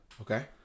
Okay